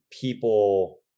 people